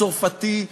הצרפתי,